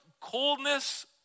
coldness